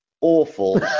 awful